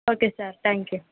okay sir thank you